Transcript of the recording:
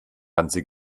ganze